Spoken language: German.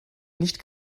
nicht